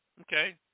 Okay